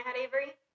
Avery